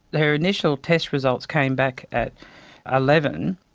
her initial test results came back at eleven.